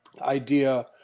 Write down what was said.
idea